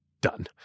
done